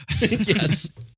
Yes